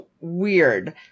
weird